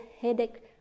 headache